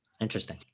interesting